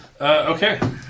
Okay